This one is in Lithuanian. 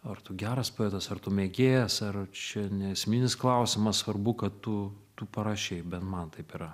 ar tu geras poetas ar tu mėgėjas ar čia neesminis klausimas svarbu kad tu tu parašei bent man taip yra